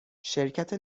شرکت